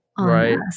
right